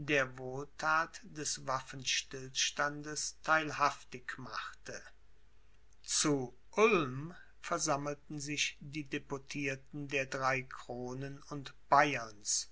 der wohlthat des waffenstillstandes theilhaftig machte zu ulm versammelten sich die deputierten der drei kronen und bayerns